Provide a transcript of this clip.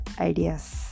ideas